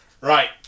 right